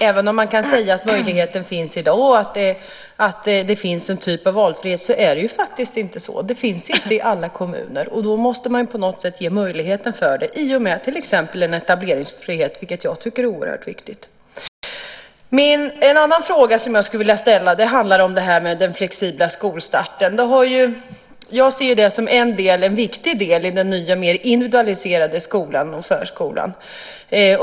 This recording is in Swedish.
Även om man kan säga att det i dag finns möjlighet till ett slags valfrihet är det faktiskt inte så. Någon sådan finns inte i alla kommuner, och då måste man på något sätt ge möjligheter för det, till exempel genom en etableringsfrihet, vilket jag tycker skulle vara oerhört viktigt. En annan fråga som jag skulle vilja ställa handlar om den flexibla skolstarten. Jag ser den som en viktig del i den nya, mer individualiserade skolan och förskolan.